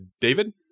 David